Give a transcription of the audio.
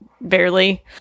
barely